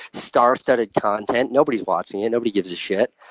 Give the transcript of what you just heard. star-studded content. nobody's watching it. nobody gives a shit.